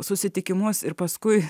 susitikimus ir paskui